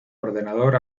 ordenador